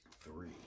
Three